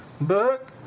book